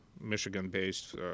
Michigan-based